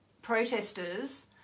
protesters